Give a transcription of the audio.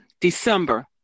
December